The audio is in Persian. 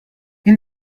این